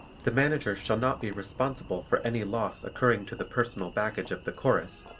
the manager shall not be responsible for any loss occurring to the personal baggage of the chorus,